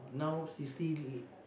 now she still